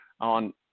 on